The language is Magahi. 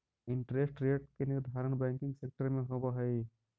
इंटरेस्ट रेट के निर्धारण बैंकिंग सेक्टर में होवऽ हई